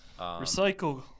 Recycle